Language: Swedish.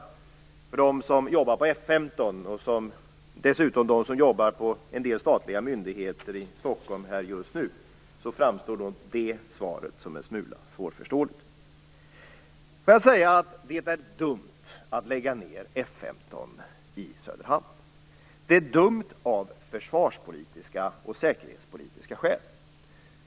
Men för dem som jobbar på F 15 och dessutom för dem som jobbar på en del statliga myndigheter här i Stockholm just nu framstår detta svar som en smula svårförståeligt. Det är dumt att lägga ned F 15 i Söderhamn. Det är dumt av försvarspolitiska och säkerhetspolitiska skäl.